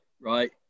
right